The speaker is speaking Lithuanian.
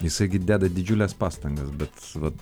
jisai gi deda didžiules pastangas bet vat